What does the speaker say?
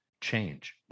change